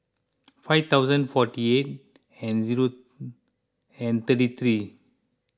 five thousand forty eight and zero and thirty three